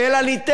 כי אתה יודע,